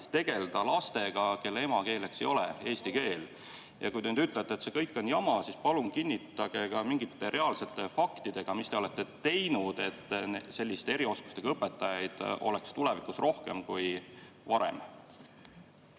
võimet tegeleda lastega, kelle emakeel ei ole eesti keel? Ja kui te nüüd ütlete, et see kõik on jama, siis palun kinnitage ka mingite reaalsete faktidega, mida te olete teinud, et selliste erioskustega õpetajaid oleks tulevikus rohkem kui varem.